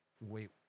Wait